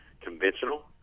conventional